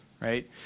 right